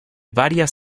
varias